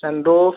सन्दो